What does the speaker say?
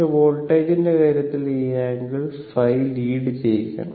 പക്ഷേ വോൾട്ടേജിന്റെ കാര്യത്തിൽ ഈ ആംഗിൾ ϕ ലീഡ് ചെയ്യുകയാണ്